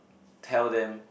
tell them